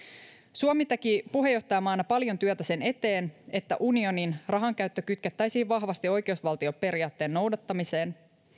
suomi teki puheenjohtajamaana paljon työtä sen eteen että unionin rahankäyttö kytkettäisiin vahvasti oikeusvaltioperiaatteen noudattamiseen